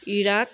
Iraq